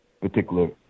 particular